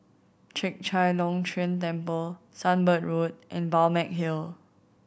Chek Chai Long Chuen Temple Sunbird Road and Balmeg Hill